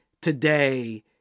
today